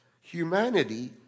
Humanity